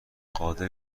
قادر